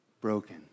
broken